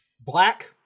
Black